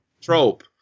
trope